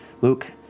Luke